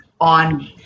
on